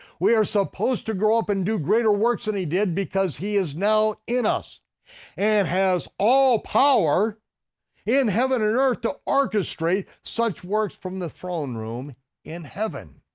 we are supposed to grow up and do greater works than and he did because he is now in us and has all power in heaven and earth to orchestrate such works from the throne room in heaven.